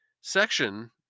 section